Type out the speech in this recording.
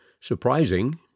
Surprising